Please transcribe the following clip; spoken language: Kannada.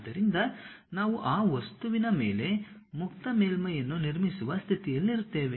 ಆದ್ದರಿಂದ ನಾವು ಆ ವಸ್ತುವಿನ ಮೇಲೆ ಮುಕ್ತ ಮೇಲ್ಮೈಯನ್ನು ನಿರ್ಮಿಸುವ ಸ್ಥಿತಿಯಲ್ಲಿರುತ್ತೇವೆ